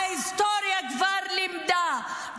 ההיסטוריה כבר לימדה,